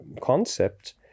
concept